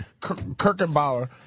Kirkenbauer